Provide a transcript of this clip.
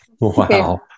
Wow